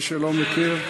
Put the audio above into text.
למי שלא מכיר.